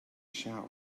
shower